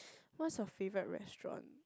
what's your favourite restaurant